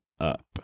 up